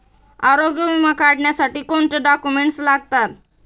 आरोग्य विमा काढण्यासाठी कोणते डॉक्युमेंट्स लागतात?